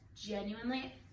genuinely